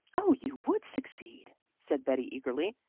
oh, you would succeed, said betty eagerly.